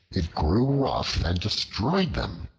it grew rough and destroyed them.